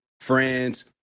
friends